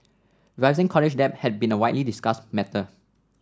rising college debt has been a widely discussed matter